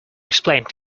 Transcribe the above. explained